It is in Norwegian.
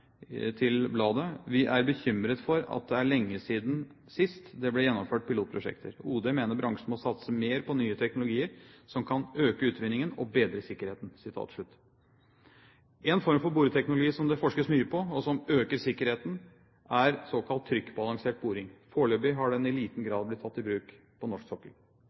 til bladet: «Vi er bekymret for at det er lenge siden sist det ble gjennomført pilotprosjekter. OD mener bransjen må satse mer på nye teknologier som kan øke utvinningen og bedre sikkerheten.» En form for boreteknologi som det forskes mye på, og som øker sikkerheten, er såkalt trykkbalansert boring. Foreløpig har den i liten grad blitt tatt i bruk på norsk sokkel.